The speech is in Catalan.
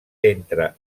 entre